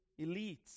elites